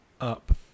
up